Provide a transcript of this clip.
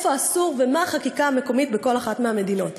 איפה אסור ומה החקיקה המקומית בכל אחת מהמדינות.